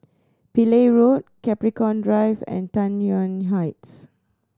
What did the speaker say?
Pillai Road Capricorn Drive and Tai Yuan Heights